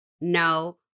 no